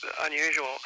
unusual